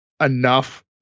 enough